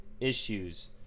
issues